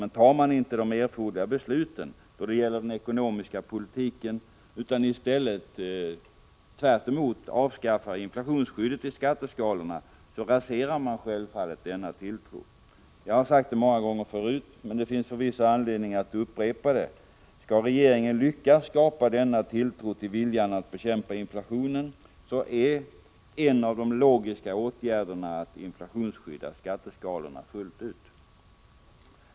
Men fattar man inte de erforderliga besluten då det gäller den ekonomiska politiken utan i stället avskaffar inflationsskyddet i skatteskalorna, raserar man självfallet denna tilltro. Jag har sagt det många gånger förut, men det finns förvisso anledning att upprepa det: Skall regeringen lyckas skapa denna tilltro till viljan att bekämpa inflationen, är en av de logiska åtgärderna att inflationsskydda skatteskalorna fullt ut.